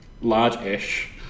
large-ish